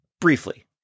briefly